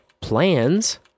plans